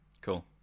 Cool